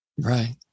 Right